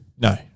no